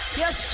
yes